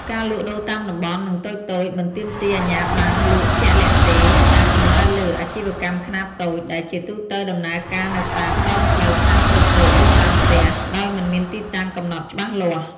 ការលក់ដូរតាមតំបន់ និងតូចៗ មិនទាមទារអាជ្ញាប័ណ្ណលក់ជាក់លាក់ទេ ដែលសំដៅលើ អាជីវកម្មខ្នាតតូច ដែលជាទូទៅដំណើរការនៅតាម ដងផ្លូវ ផ្សារតូចៗ ឬ តាមផ្ទះ ដោយមិនមានទីតាំងកំណត់ច្បាស់លាស់។